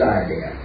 idea